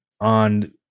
on